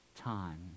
time